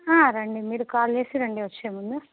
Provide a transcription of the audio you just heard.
రండి మీరు కాల్ చేసి రండి వచ్చే ముందు